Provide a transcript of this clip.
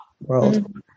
world